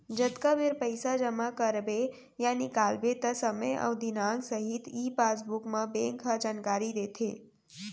जतका बेर पइसा जमा करबे या निकालबे त समे अउ दिनांक सहित ई पासबुक म बेंक ह जानकारी देथे